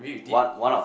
one one of